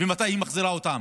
ומתי היא מחזירה אותם.